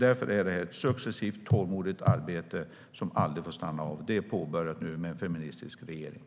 Därför är detta ett successivt, tålmodigt arbete som aldrig får stanna av. Det är nu påbörjat med den feministiska regeringen.